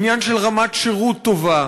עניין של רמת שירות טובה,